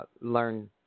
learn